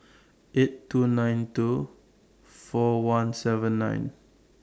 eight two nine two four one seven nine